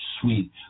sweet